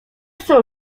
chce